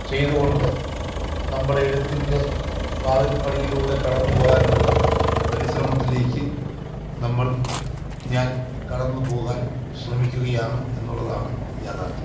ചെയ്തുകൊണ്ട് നമ്മുടെ എഴുത്തിന്റെ വാതില്പ്പടിയിലൂടെ കടന്നുപോകാനുള്ള പരിശ്രമത്തിലേക്ക് നമ്മള് ഞാന് കടന്നുപോകാന് ശ്രമിക്കുകയാണ് എന്നുള്ളതാണ് യാഥാര്ത്ഥ്യം